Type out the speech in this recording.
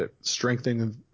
strengthening